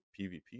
PvP